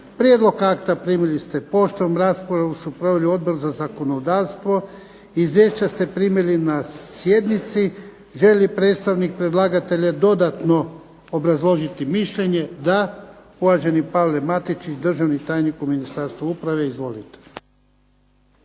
Prijedlog akta primili ste poštom, raspravu su proveli Odbor za zakonodavstvo. Izvješća ste primili na sjednici. Želi li predstavnik predlagatelja dodatno obrazložiti mišljenje? Da. Uvaženi Pavle Matičić, državni tajnik u Ministarstvu uprave. Izvolite.